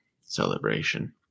celebration